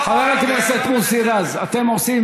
חבר כנסת מוסי רז,